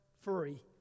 free